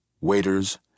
waiters